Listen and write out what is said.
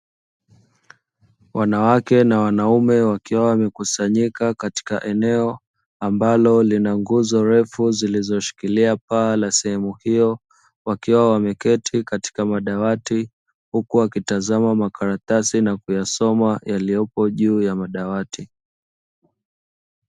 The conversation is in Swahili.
Wanawake na wanaume wakiwa wamekusanyika katika eneo ambalo lina nguzo refu zilizoshikilia paa la sehemu hiyo, wameketi katika madawati, huku wakitazama makaratasi na kuyasoma yaliyoko kwenye madawati.